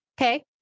Okay